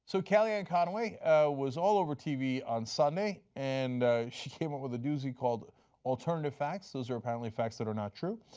so kellyanne conway was all over tv on sunday, and she came up with a doozy called alternative facts. those are apparently facts that are not true.